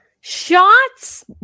shots